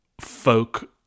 folk